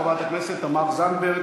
חברת הכנסת תמר זנדברג.